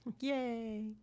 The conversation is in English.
Yay